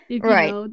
Right